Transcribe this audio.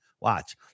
Watch